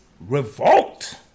Revolt